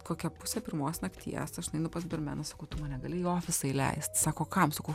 kokią pusę pirmos nakties aš nueinu pas barmeną sakau tu mane gali į ofisą įleist sako kam sakau